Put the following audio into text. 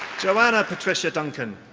joanna patricia duncan.